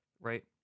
Right